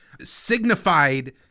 signified